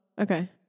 Okay